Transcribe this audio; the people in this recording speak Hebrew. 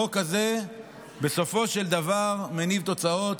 החוק הזה בסופו של דבר מניב תוצאות.